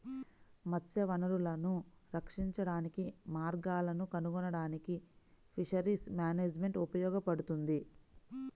మత్స్య వనరులను రక్షించడానికి మార్గాలను కనుగొనడానికి ఫిషరీస్ మేనేజ్మెంట్ ఉపయోగపడుతుంది